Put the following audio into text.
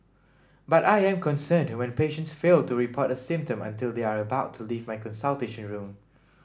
but I am concerned when patients fail to report a symptom until they are about to leave my consultation room